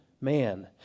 man